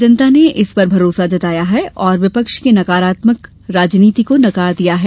जनता ने इस पर भरोसा जताया है और विपक्ष की नकारात्मक राजनीति को नकार दिया है